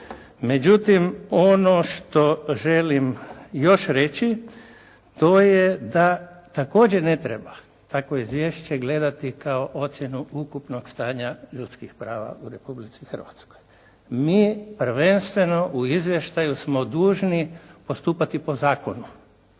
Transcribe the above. Međutim, ono što želim još reći to je da također ne treba takvo izvješće gledati kao ocjenu ukupnog stanja ljudskih prava u Republici Hrvatskoj. Mi prvenstveno u izvještaju smo dužni postupati po zakonu.